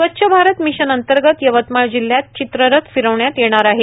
स्वच्छ भारत मिशन अंतर्गत यवतमाळ जिल्ह्यात चित्ररथ फिरविण्यात येणार आहे